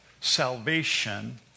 salvation